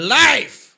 life